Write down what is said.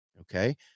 okay